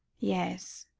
yes.